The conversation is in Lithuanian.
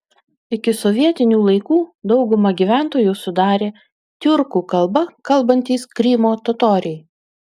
iki sovietinių laikų daugumą gyventojų sudarė tiurkų kalba kalbantys krymo totoriai